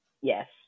Yes